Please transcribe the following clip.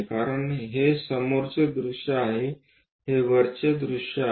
कारण हे समोरचे दृश्य आहे हे वरचे दृश्य आहे